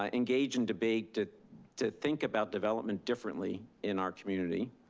um engaged in debate to to think about development differently in our community.